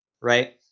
right